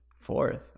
fourth